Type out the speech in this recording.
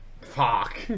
Fuck